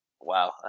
Wow